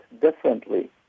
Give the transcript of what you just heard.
differently